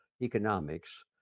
economics